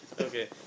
Okay